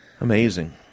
Amazing